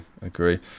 agree